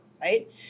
right